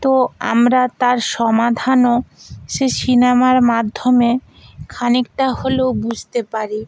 তো আমরা তার সমাধানও সে সিনেমার মাধ্যমে খানিকটা হলেও বুঝতে পারি